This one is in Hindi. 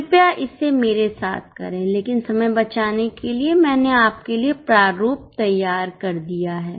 कृपया इसे मेरे साथ करें लेकिन समय बचाने के लिए मैंने आपके लिए प्रारूप तैयार कर दिया है